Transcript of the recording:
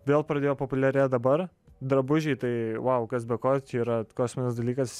vėl pradėjo populiarėt dabar drabužiai tai vau kas be ko čia yra kosminis dalykas